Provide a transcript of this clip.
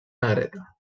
negreta